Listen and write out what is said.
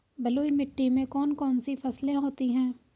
बलुई मिट्टी में कौन कौन सी फसलें होती हैं?